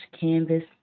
canvas